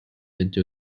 into